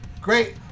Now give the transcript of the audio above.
Great